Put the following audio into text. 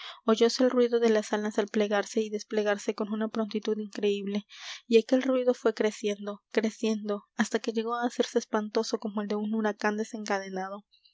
jirones oyóse el ruido de las alas al plegarse y desplegarse con una prontitud increíble y aquel ruido fué creciendo creciendo hasta que llegó á hacerse espantoso como el de un huracán desencadenado